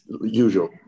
usual